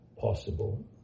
possible